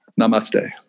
Namaste